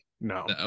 no